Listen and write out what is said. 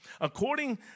According